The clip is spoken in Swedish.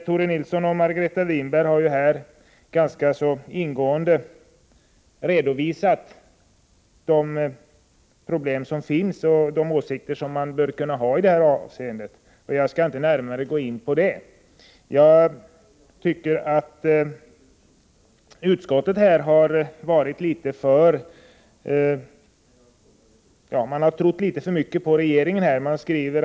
Tore Nilsson och Margareta Winberg har emellertid ingående redovisat de problem som finns och de krav man bör kunna ställa, och jag skall därför inte gå närmare in på detta. Jag tycker att utskottet har trott litet för mycket på regeringen i det här sammanhanget.